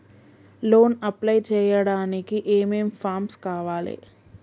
Loan apply చేయడానికి ఏం ఏం ఫామ్స్ కావాలే?